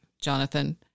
Jonathan